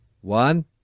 One